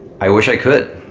i wish i could.